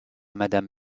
madame